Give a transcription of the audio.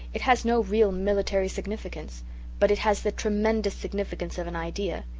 it has no real military significance but it has the tremendous significance of an idea.